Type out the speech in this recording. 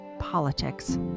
politics